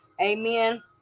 amen